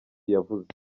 yavuze